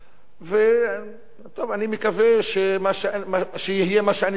אני מקווה שיהיה מה שאני צופה שיהיה,